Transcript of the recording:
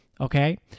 okay